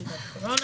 קיבל תעודת קורונה.